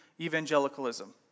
evangelicalism